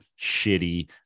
shitty